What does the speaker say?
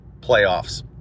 playoffs